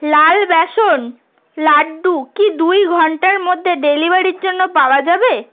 লাল বেসন লাড্ডু কি দুই ঘণ্টার মধ্যে ডেলিভারির জন্য পাওয়া যাবে